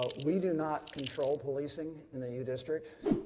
we do not control policing in the u district.